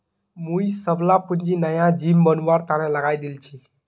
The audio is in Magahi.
मुई सबला पूंजी नया जिम बनवार तने लगइ दील छि